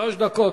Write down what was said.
שלוש דקות.